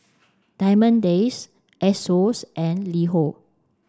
Diamond Days Asos and LiHo